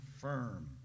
firm